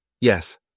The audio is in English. Yes